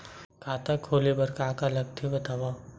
खाता खोले बार का का लगथे बतावव?